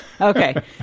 Okay